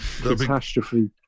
catastrophe